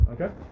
okay